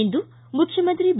ಇಂದು ಮುಖ್ಯಮಂತ್ರಿ ಬಿ